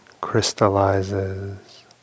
crystallizes